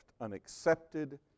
unaccepted